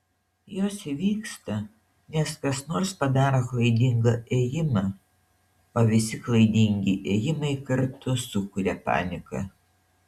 jos įvyksta nes kas nors padaro klaidingą ėjimą o visi klaidingi ėjimai kartu sukuria paniką